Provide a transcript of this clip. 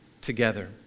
together